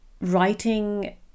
writing